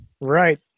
Right